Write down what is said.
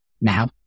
now